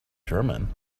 german